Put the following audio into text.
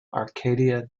arcadia